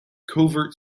covert